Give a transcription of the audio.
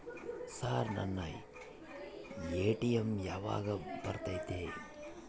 Sir ನನ್ನ ATM ಯಾವಾಗ ಬರತೈತಿ?